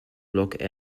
block